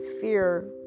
fear